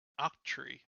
octree